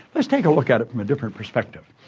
let's take a look at it from a different perspective.